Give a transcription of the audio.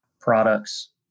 products